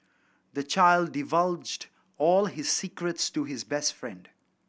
the child divulged all his secrets to his best friend